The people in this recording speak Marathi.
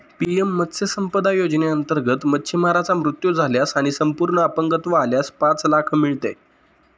पी.एम मत्स्य संपदा योजनेअंतर्गत, मच्छीमाराचा मृत्यू झाल्यास आणि संपूर्ण अपंगत्व आल्यास पाच लाख मिळते